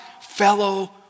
fellow